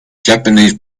japanese